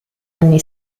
anni